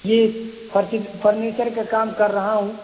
جی furniture furniture کا کام کر رہا ہوں